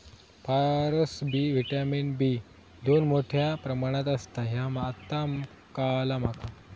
फारसबी vitamin B दोन मोठ्या प्रमाणात असता ह्या आता काळाला माका